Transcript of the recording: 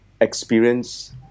experience